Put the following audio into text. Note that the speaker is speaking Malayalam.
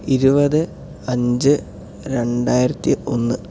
ഇരുപത് അഞ്ച് രണ്ടായിരത്തി ഒന്ന്